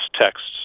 texts